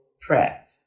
PrEP